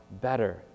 better